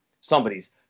somebody's